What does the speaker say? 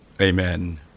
Amen